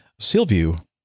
Sealview